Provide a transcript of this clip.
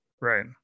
right